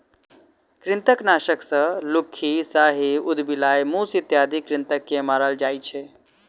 कृंतकनाशक सॅ लुक्खी, साही, उदबिलाइ, मूस इत्यादि कृंतक के मारल जाइत छै